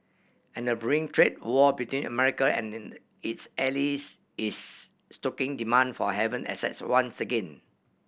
and a brewing trade war between America and in its allies is stoking demand for haven assets once again